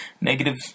negative